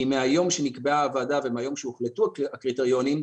מהיום שנקבעה הוועדה ומהיום שהוחלטו הקריטריונים,